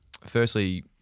firstly